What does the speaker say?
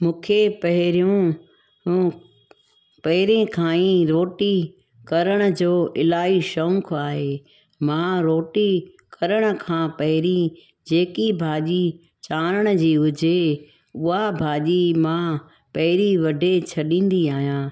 मूंखे पहिरियों ऐं पहिरें खां ई रोटी करण जो इलाही शौंक़ु आहे मां रोटी करण खां पहिरीं जेकी भाॼी चाढ़ण जी हुजे उहा भाॼी मां पहिरीं वढे छॾीन्दी आहियां